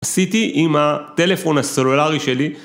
עשיתי עם הטלפון הסלולרי שלי